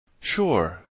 Sure